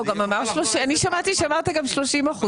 אני שמעתי שאמרת גם 30%,